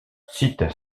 site